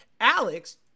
alex